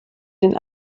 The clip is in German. den